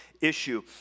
issue